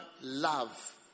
love